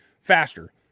faster